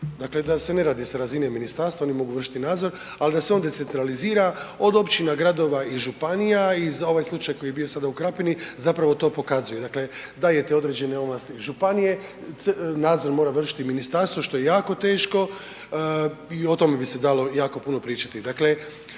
Dakle, da se ne radi s razine ministarstva, oni mogu vršiti nadzor, ali da se on decentralizira od općina, gradova i županija i za ovaj slučaj koji je bio sada u Krapini zapravo to pokazuje. Dakle, daje ti određene ovlasti županije, nadzor mora vršiti ministarstvo, što je jako teško i o tome bi se dalo jako puno pričati.